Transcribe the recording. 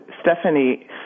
Stephanie